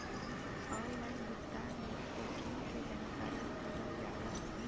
Online भुगतान में ATM के जानकारी दिहल जाला?